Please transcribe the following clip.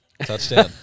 Touchdown